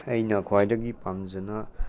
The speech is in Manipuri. ꯑꯩꯅ ꯈ꯭ꯋꯥꯏꯗꯒꯤ ꯄꯥꯝꯖꯅ